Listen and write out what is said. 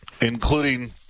Including